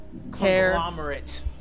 conglomerate